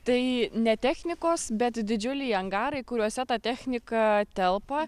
tai ne technikos bet didžiuliai angarai kuriuose ta technika telpa